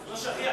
הוא סגן או שר?